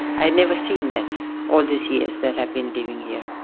i've never seen that, all these years that i've been living here.